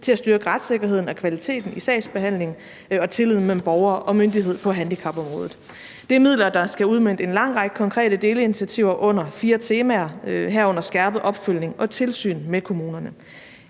til at styrke retssikkerheden og kvaliteten i sagsbehandlingen og tilliden mellem borger og myndighed på handicapområdet. Det er midler, der skal udmønte en lang række konkrete delinitiativer under fire temaer, herunder skærpet opfølgning og tilsyn med kommunerne.